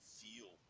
feel